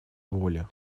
воли